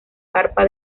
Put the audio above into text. carpa